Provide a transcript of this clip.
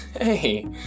Hey